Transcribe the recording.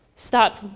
stop